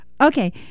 okay